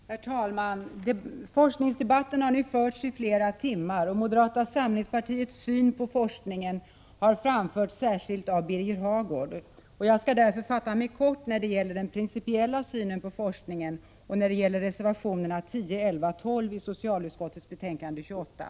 Herr talman! Forskningsdebatten har nu förts i flera timmar, och moderata samlingspartiets syn på forskningen har framförts särskilt av Birger Hagård. Jag skall därför fatta mig kort när det gäller den principiella synen på forskningen och när det gäller reservationerna 10, 11 och 12 i socialutskottets betänkande 28.